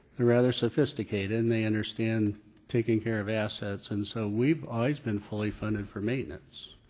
ah rather sophisticated and they understand taking care of assets, and so we've always been fully funded for maintenance.